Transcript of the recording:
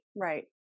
Right